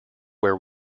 where